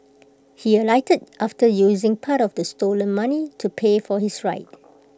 he alighted after using part of the stolen money to pay for his ride